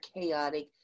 chaotic